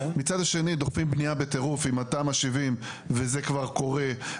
מצד השני דוחפים בנייה בטירוף עם התמ"א 70 וזה כבר קורה,